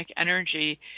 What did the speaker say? energy